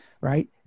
right